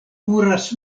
kuras